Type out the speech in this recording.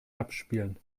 abspielen